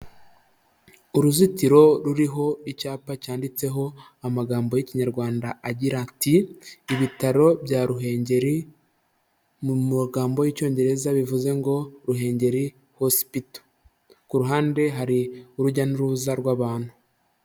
Uruzitiro ruriho icyapa cyanditseho amagambo y'Ikinyarwanda agira ati: "ibitaro bya Ruhengeri" mu magambo y'Icyongereza bivuze ngo "Ruhengeri hospital", ku ruhande hari urujya n'uruza rw'abantu.